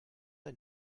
ein